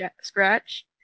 scratch